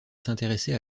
s’intéresser